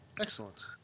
Excellent